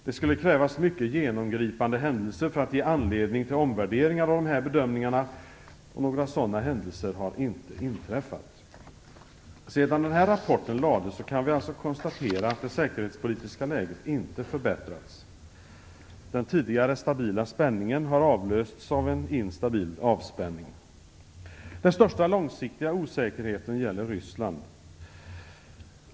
Det skulle krävas mycket genomgripande händelser för att ge anledning till omvärderingar av de här bedömningarna, och några sådana händelser har inte inträffat. Sedan den här rapporten lades fram kan vi alltså konstatera att det säkerhetspolitiska läget inte har förbättrats. Den tidigare stabila spänningen har avlösts av en instabil avspänning. Den största långsiktiga osäkerheten gäller Ryssland.